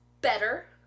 better